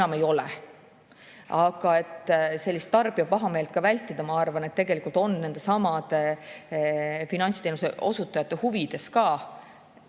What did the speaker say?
Aga et sellist tarbija pahameelt ka vältida, ma arvan, on tegelikult nendesamade finantsteenuseosutajate huvides ka,